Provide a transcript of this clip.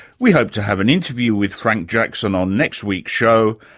we hope to have an interview with frank jackson on next week's show,